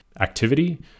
activity